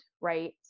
right